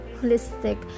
holistic